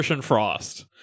Frost